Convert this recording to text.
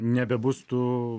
nebebus tų